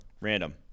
Random